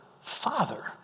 Father